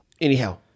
anyhow